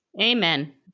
Amen